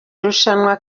irushanwa